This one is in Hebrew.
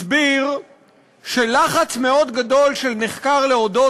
הסביר שלחץ מאוד גדול של נחקר להודות